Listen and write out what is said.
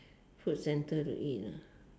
food center to eat ah